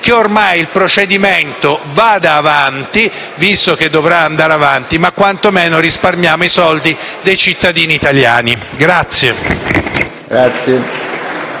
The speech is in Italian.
Che il procedimento ormai vada avanti, visto che dovrà andare avanti e quanto meno risparmiamo i soldi dei cittadini italiani.